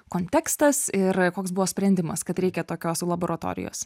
kontekstas ir koks buvo sprendimas kad reikia tokios laboratorijos